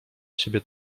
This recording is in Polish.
ciebie